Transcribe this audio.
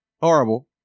Horrible